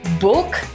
book